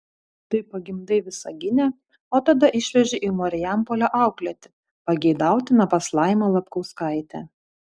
tai pagimdai visagine o tada išveži į marijampolę auklėti pageidautina pas laimą lapkauskaitę